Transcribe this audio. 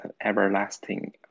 everlasting